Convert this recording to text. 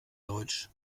deutsch